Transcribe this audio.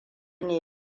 ne